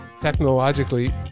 technologically